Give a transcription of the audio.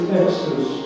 Texas